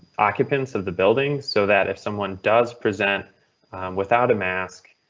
occupants of the building so that if someone does present without a mask,